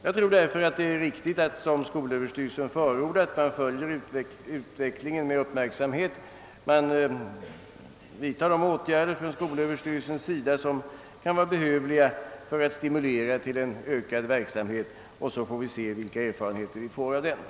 Jag tror därför att det är riktigt att vi som skolöverstyrelsen förordat följer utvecklingen med' uppmärksamhet, att skolöverstyrelsen vidtar de åtgärder som kan behövas för att stimulera till ytterligare verksamhet och att vi därefter får se vilka erfarenheter som vunnits.